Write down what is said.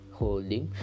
holding